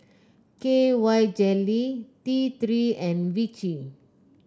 K Y Jelly T Three and Vichy